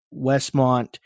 Westmont